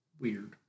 weird